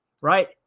right